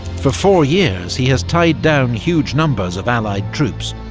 for four years he has tied down huge numbers of allied troops,